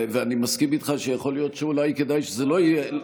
אני מסכים איתך שיכול להיות שאולי כדאי שזה לא יהיה,